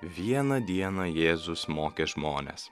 vieną dieną jėzus mokė žmones